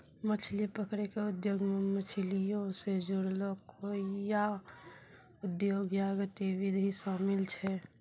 मछली पकरै के उद्योगो मे मछलीयो से जुड़लो कोइयो उद्योग या गतिविधि शामिल छै